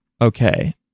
Okay